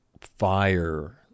fire